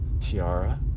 tiara